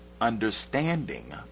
understanding